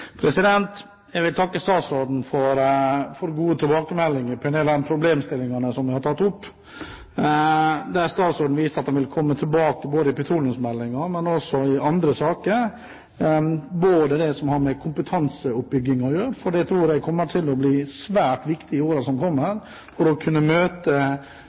Jeg vil takke statsråden for gode tilbakemeldinger på en del av de problemstillingene jeg har tatt opp. Statsråden viste til at han ville komme tilbake i petroleumsmeldingen, men også i andre saker, til det som har med kompetansebygging å gjøre. Det tror jeg kommer til å bli svært viktig i årene som kommer for å kunne møte